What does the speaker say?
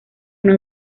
una